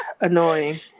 annoying